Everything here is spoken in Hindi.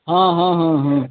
हाँ हाँ हाँ हाँ